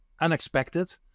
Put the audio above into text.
unexpected